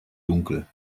dunkel